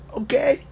okay